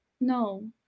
No